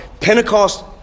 Pentecost